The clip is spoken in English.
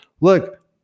look